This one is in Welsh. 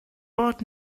bod